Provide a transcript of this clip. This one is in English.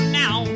now